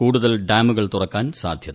കൂടുതൽ ഡാമുകൾ തുറക്കാൻ സ്ാധ്യത